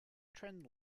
trend